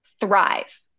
thrive